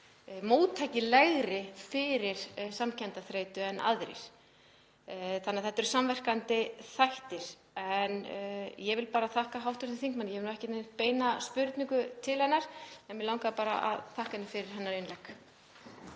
móttækilegri fyrir samkenndarþreytu en aðrir þannig að þetta eru samverkandi þættir. En ég vil bara þakka hv. þingmanni. Ég hef ekki neina beina spurningu til hennar, mig langaði bara að þakka henni fyrir hennar innlegg.